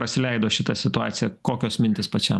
pasileido šitą situaciją kokios mintys pačiam